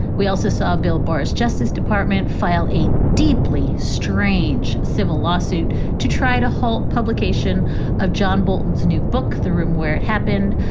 we also saw bill borris, justice department, filed a deeply strange civil lawsuit to try to halt publication of john bolton's new book, the room where it happened,